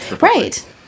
right